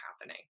happening